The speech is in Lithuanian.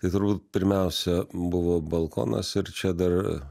tai turbūt pirmiausia buvo balkonas ir čia dar